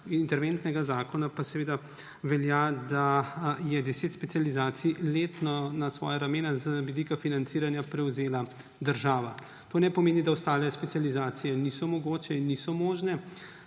interventnega zakona pa velja, da je 10 specializacij letno na svoja ramena z vidika financiranja prevzela država. To ne pomeni, da ostale specializacije niso mogoče in niso možne.